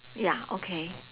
ya okay